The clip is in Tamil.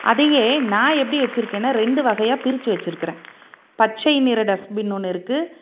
அதையே நான் எப்படி வச்சிருக்கேன்னா ரெண்டு வகையாக பிரித்து வச்சிருக்குறேன் பச்சை நிறம் டஸ்ட்பின் ஒன்று இருக்குது